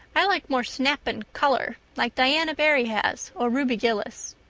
i like more snap and color, like diana barry has or ruby gillis.